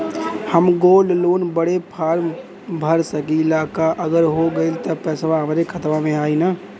हम gold loan बड़े form भर सकी ला का अगर हो गैल त पेसवा हमरे खतवा में आई ना?